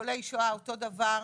ניצולי שואה אותו דבר,